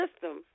system